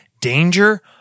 danger